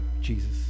Jesus